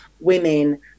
women